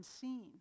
seen